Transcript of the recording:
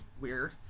Weird